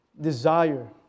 desire